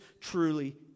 truly